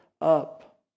up